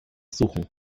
suchen